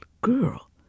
girl